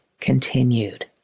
continued